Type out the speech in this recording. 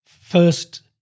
first